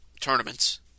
tournaments